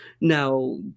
Now